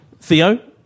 Theo